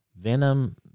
Venom